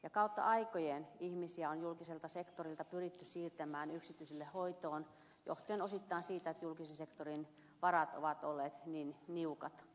ja kautta aikojen ihmisiä on julkiselta sektorilta pyritty siirtämään yksityiselle hoitoon johtuen osittain siitä että julkisen sektorin varat ovat olleet niin niukat